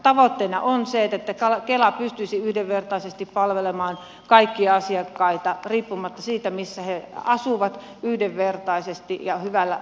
tavoitteena on se että kela pystyisi yhdenvertaisesti palvelemaan kaikkia asiakkaita riippumatta siitä missä he asuvat yhdenvertaisesti ja hyvällä laadukkaalla palvelulla